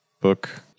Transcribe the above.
book